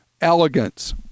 elegance